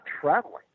traveling